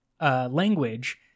language